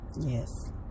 Yes